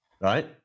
right